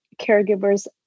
caregivers